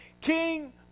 King